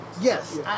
Yes